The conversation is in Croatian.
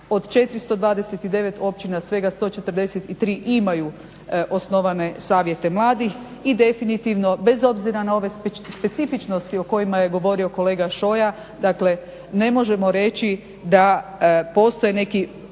Od 429 općina svega 143 imaju osnovane Savjete mladih i definitivno bez obzira na ove specifičnostima o kojima je govorio kolega Šoja, dakle ne možemo reći da postoje neki